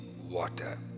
water